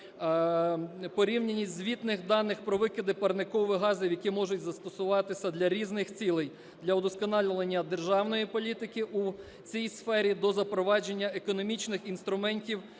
та порівнянність звітних даних про викиди парникових газів, які можуть застосуватися для різних цілей: для удосконалення державної політики у цій сфері до запровадження економічних інструментів